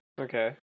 Okay